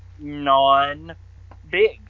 non-big